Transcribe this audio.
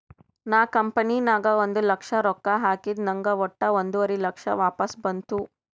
ನಾ ಕಂಪನಿ ನಾಗ್ ಒಂದ್ ಲಕ್ಷ ರೊಕ್ಕಾ ಹಾಕಿದ ನಂಗ್ ವಟ್ಟ ಒಂದುವರಿ ಲಕ್ಷ ವಾಪಸ್ ಬಂತು